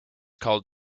called